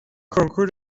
کنکور